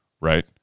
Right